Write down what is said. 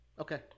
Okay